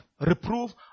reprove